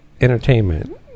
entertainment